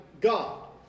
god